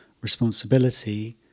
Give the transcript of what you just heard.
responsibility